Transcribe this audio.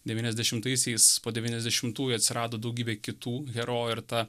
devyniasdešimtaisiais po devyniasdešimtųjų atsirado daugybė kitų herojų ir ta